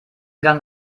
gang